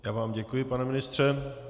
Já vám děkuji, pane ministře.